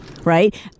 right